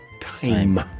time